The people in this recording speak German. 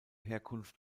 herkunft